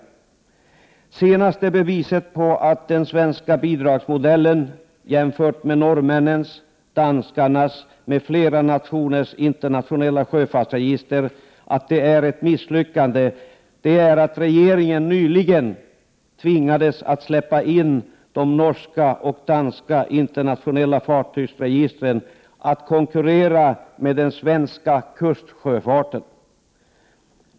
Det senaste beviset på att den svenska bidragsmodellen, jämförd med norrmännens, danskarnas och flera andra nationers internationella sjöfartsregister, har misslyckats är detta att regeringen nyligen tvingades att släppa in de norska och danska internationella fartygsregistren för att konkurrera med den svenska kustsjöfarten.